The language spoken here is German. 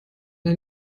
der